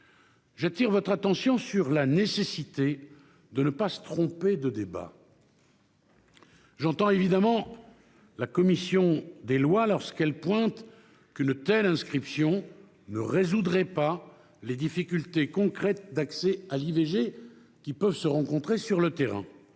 J'appelle votre attention sur la nécessité de ne pas se tromper de débat. J'entends évidemment la commission des lois lorsqu'elle pointe qu'une telle inscription ne résoudrait pas les difficultés concrètes d'accès à l'IVG, qui peuvent se rencontrer sur le terrain.